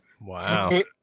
Wow